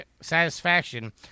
satisfaction